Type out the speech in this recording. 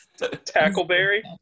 Tackleberry